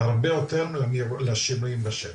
הרבה יותר לשינויים בשטח.